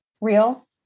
real